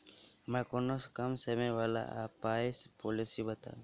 हमरा कोनो कम समय आ पाई वला पोलिसी बताई?